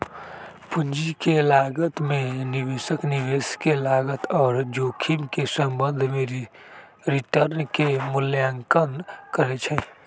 पूंजी के लागत में निवेशक निवेश के लागत आऽ जोखिम के संबंध में रिटर्न के मूल्यांकन करइ छइ